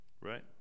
Right